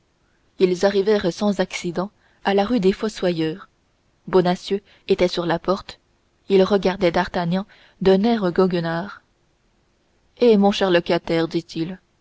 valets arrivèrent sans incident à la rue des fossoyeurs bonacieux était sur la porte il regarda d'artagnan d'un air goguenard eh mon cher locataire dit-il